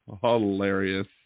Hilarious